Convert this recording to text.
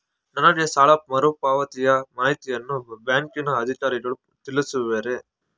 ನನಗೆ ಸಾಲ ಮರುಪಾವತಿಯ ಮಾಹಿತಿಯನ್ನು ಬ್ಯಾಂಕಿನ ಅಧಿಕಾರಿಗಳು ತಿಳಿಸುವರೇ?